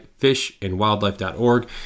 fishandwildlife.org